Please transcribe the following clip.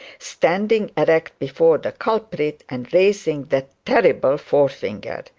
standing erect before the culprit, and raising that terrible forefinger.